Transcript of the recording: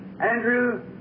Andrew